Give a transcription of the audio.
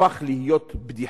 הפך להיות בדיחה,